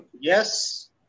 Yes